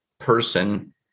Person